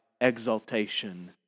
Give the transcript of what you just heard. exaltation